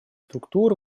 структур